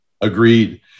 Agreed